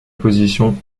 position